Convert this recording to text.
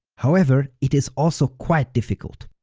however, it is also quite difficult.